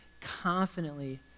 confidently